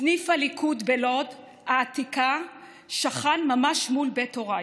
סניף הליכוד בלוד העתיקה שכן ממש מול בית הוריי.